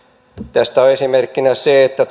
tästä on esimerkkinä se että